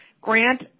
Grant